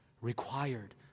required